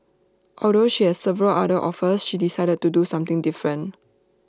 although she had several other offers she decided to do something different